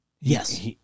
Yes